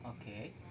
Okay